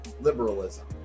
liberalism